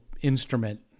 instrument